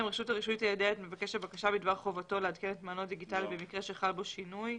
רשות הרישוי בדבר חובתו לעדכן את מענהו הדיגיטלי במקרה שחל בו שינוי.